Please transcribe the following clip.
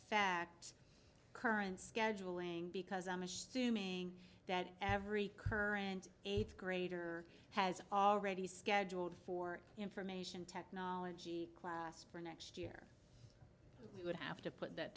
affect current scheduling because i'm assuming that every current eighth grader has already scheduled for information technology class for next year we would have to put th